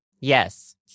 Yes